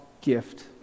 gift